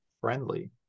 friendly